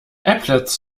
applets